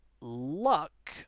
luck